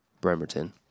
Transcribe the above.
Bremerton